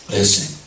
Listen